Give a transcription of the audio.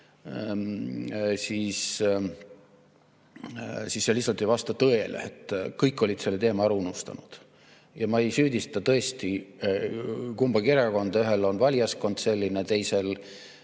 lihtsalt ei vasta tõele. Kõik olid selle teema ära unustanud. Ma ei süüdista tõesti kumbagi erakonda, ühel on valijaskond selline, teisel